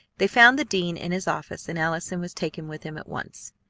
they found the dean in his office, and allison was taken with him at once.